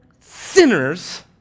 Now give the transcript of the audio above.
sinners